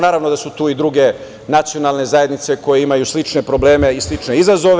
Naravno da su tu i druge nacionalne zajednice koje imaju slične probleme i slične izazove.